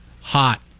hot